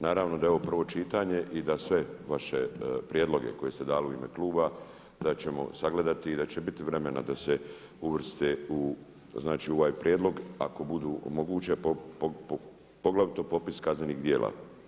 Naravno da je ovo prvo čitanje i da sve vaše prijedloge koje ste dali u ime kluba da ćemo sagledati i da će biti vremena da se uvrste u, znači u ovaj prijedlog ako bude moguće poglavito popis kaznenih djela.